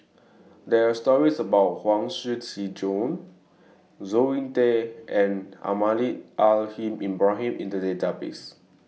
There Are stories about Huang Shiqi Joan Zoe Tay and Almahdi Al Haj Ibrahim in The Database